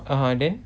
(uh huh) then